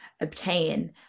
obtain